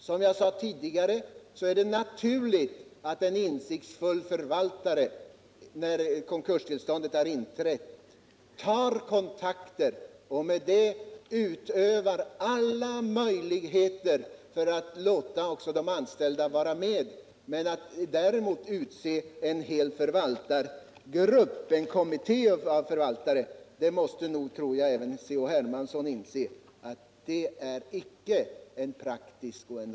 Som jag sade tidigare är det naturligt att en insiktsfull förvaltare, när konkurstillståndet har inträtt, tar kontakter och utnyttjar alla möjligheter att låta också de anställda vara med. Att däremot utse en hel förvaltningsgrupp, en kommitté av förvaltare, är icke en praktisk och rimlig lösning. Det tror jag att även C.-H.